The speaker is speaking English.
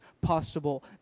possible